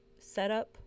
setup